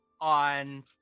on